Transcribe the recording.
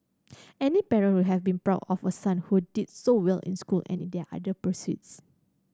any parent would have been proud of a son who did so well in school and in there other pursuits